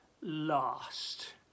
last